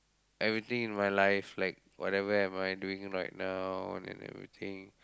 everything in my life like whatever am I doing right now and everything